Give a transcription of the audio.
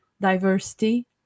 diversity